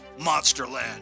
Monsterland